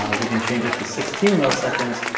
um we can change it to sixteen milliseconds,